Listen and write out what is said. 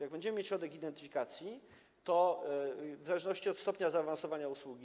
Jak będziemy mieć środek identyfikacji, to w zależności od stopnia zaawansowania usługi.